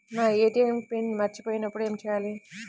నా ATM PIN మరచిపోయినప్పుడు ఏమి చేయాలి?